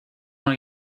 dans